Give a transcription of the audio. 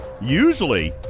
usually